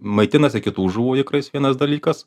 maitinasi kitų žuvų ikrais vienas dalykas